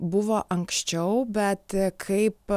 buvo anksčiau bet kaip